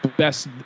best